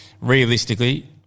realistically